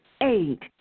Eight